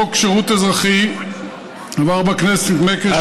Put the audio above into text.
חוק שירות אזרחי עבר בכנסת לפני כשנה,